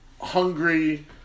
hungry